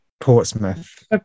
Portsmouth